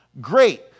great